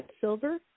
Silver